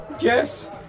Yes